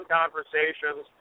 conversations